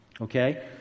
okay